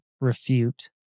refute